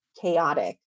chaotic